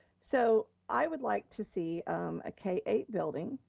so i would like to see a k eight building.